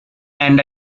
and